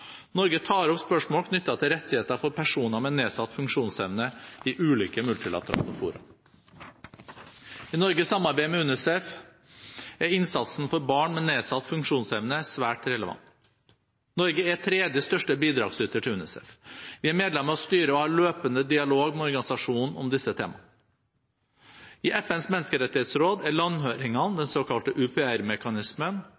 Norge tar opp spørsmål knyttet til rettigheter for personer med nedsatt funksjonsevne i ulike multilaterale fora. I Norges samarbeid med UNICEF er innsatsen for barn med nedsatt funksjonsevne svært relevant. Norge er tredje største bidragsyter til UNICEF. Vi er medlem av styret og har løpende dialog med organisasjonen om disse temaene. I FNs menneskerettighetsråd er landhøringene,